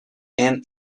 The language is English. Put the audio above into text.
and